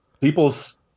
people's